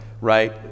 right